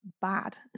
bad